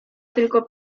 tylko